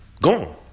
gone